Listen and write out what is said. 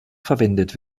verwendet